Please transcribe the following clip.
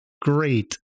great